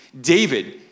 David